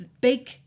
big